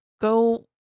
go